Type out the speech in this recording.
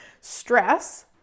stress